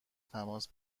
تماس